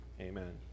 Amen